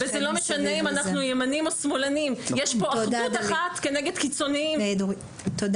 למדנו ביחד יהודים וערבים באוניברסיטת תל